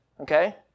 okay